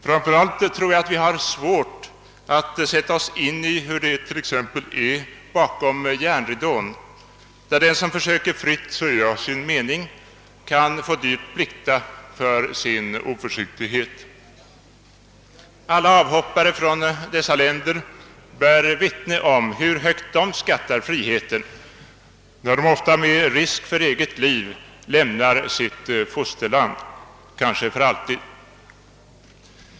Framför allt tror jag att vi har svårt att sätta oss in i hur det t.ex. är bakom järnridån, där den som försöker att fritt säga sin mening kan få dyrt plikta för sin oförsiktighet. Alla avhoppare från dessa länder bär vittne om hur högt de skattar friheten, när de ofta med risk för eget liv lämnar sitt fosterland, kanske för alltid.